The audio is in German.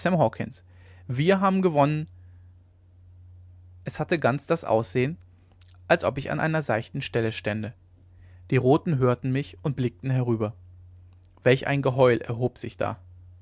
wir haben gewonnen gewonnen es hatte ganz das aussehen als ob ich an einer seichten stelle stände die roten hörten mich und blickten herüber welch ein geheul erhob sich da